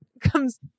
comes